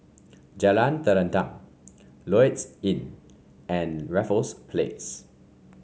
Jalan Terentang Lloyds Inn and Raffles Place